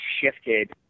shifted